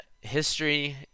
history